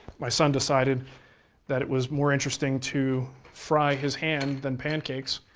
my son decided that it was more interesting to fry his hand than pancakes,